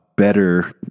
better